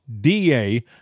DA